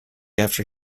after